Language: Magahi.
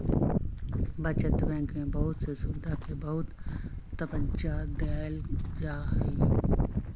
बचत बैंक में बहुत से सुविधा के बहुत तबज्जा देयल जाहई